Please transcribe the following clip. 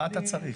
מה אתה צריך?